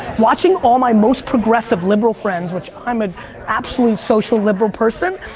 watching all my most progressive liberal friends, which i'm an absolute social liberal person,